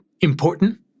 important